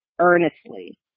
earnestly